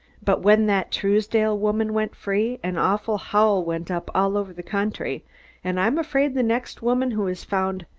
but when that truesdale woman went free, an awful howl went up all over the country and i'm afraid the next woman who is found,